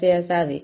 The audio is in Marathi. असे असावे